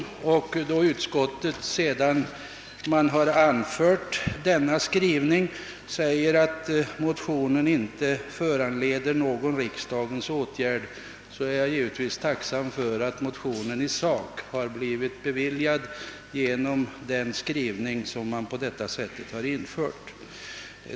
Även om utskottet sedermera uttalar att motionen inte föranleder någon riksdagens åtgärd, är jag givetvis tacksam för att motionen i sak blivit bifallen genom utskottets nyss citerade skrivning.